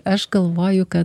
aš galvoju kad